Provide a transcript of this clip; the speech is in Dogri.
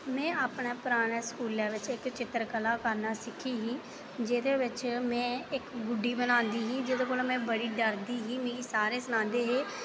में अपने पराने स्कूलै बिच्च इक्क चित्रकला करना सिक्खी ही जेह्दे बिच्च में इक्क गुड्डी बनांदी ही जेह्दे कोला में बड़ा डरदी ही मिगी सारे सनांदे हे